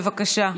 בבקשה.